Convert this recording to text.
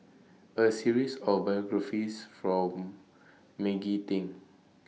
A series of biographies from Maggie Teng